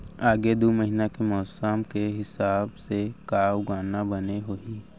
आगे दू महीना के मौसम के हिसाब से का उगाना बने होही?